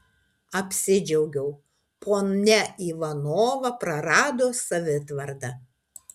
apsidžiaugiau ponia ivanova prarado savitvardą